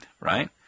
right